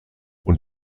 und